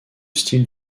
style